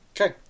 Okay